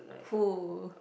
full